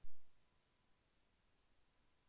విదేశాల్లో చదువుకోవడానికి ఋణం ఇస్తారా?